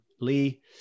Lee